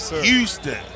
Houston